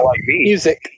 music